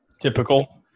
Typical